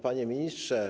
Panie Ministrze!